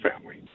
family